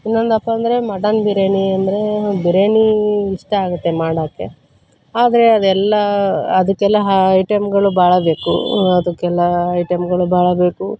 ಇನ್ನೊಂದಪ್ಪ ಅಂದರೆ ಮಟನ್ ಬಿರ್ಯಾನಿ ಅಂದರೆ ಬಿರ್ಯಾನಿ ಇಷ್ಟ ಆಗುತ್ತೆ ಮಾಡಕ್ಕೆ ಆದರೆ ಅದೆಲ್ಲ ಅದಕ್ಕೆಲ್ಲ ಹಾ ಐಟಮ್ಗಳು ಭಾಳ ಬೇಕು ಅದಕ್ಕೆಲ್ಲ ಐಟಮ್ಗಳು ಭಾಳ ಬೇಕು